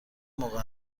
موقع